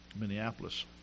Minneapolis